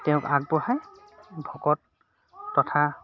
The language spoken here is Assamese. তেওঁ আগবঢ়াই ভকত তথা